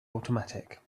automatic